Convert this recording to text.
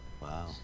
Wow